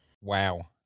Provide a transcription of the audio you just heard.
Wow